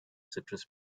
citrus